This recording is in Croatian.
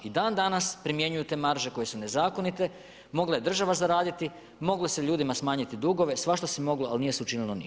I dandanas primjenjuju te marže koje su nezakonite, mogla je država zaraditi, moglo se ljudima smanjiti dugove, svašta se moglo ali nije se učinilo ništa.